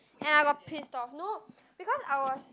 and I got pissed off no because I was